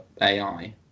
AI